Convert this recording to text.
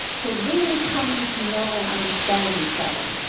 for really coming to know and understand each other.